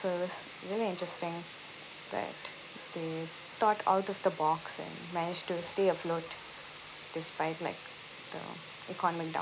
so it was really interesting that they thought out of the box and managed to stay afloat despite like the economy